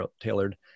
tailored